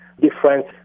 different